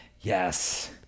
Yes